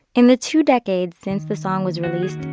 in the two decades since the song was released,